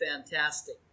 fantastic